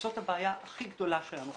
זאת הבעיה הכי גדולה שלנו,